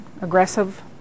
aggressive